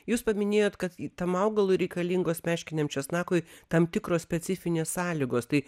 jūs paminėjot kad į tam augalui reikalingos meškiniam česnakui tam tikros specifinės sąlygos tai